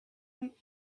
went